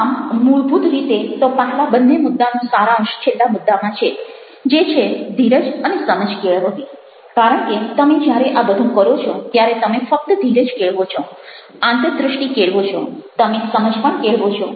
આમ મૂળભૂત રીતે તો પહેલા બંને મુદ્દાનો સારાંશ છેલ્લા મુદ્દામાં છે જે છે ધીરજ અને સમજ કેળવવી કારણ કે તમે જ્યારે આ બધું કરો છો ત્યારે તમે ફક્ત ધીરજ કેળવો છો આંતરદ્રષ્ટિ કેળવો છો તમે સમજ પણ કેળવો છો